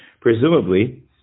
presumably